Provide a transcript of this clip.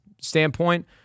standpoint –